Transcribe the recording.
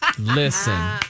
Listen